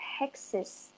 hexes